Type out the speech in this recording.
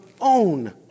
own